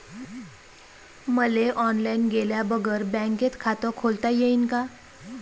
मले ऑनलाईन गेल्या बगर बँकेत खात खोलता येईन का?